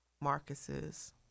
Marcus's